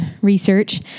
research